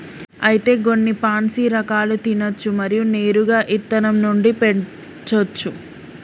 అయితే గొన్ని పాన్సీ రకాలు తినచ్చు మరియు నేరుగా ఇత్తనం నుండి పెంచోచ్చు